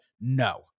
No